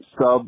sub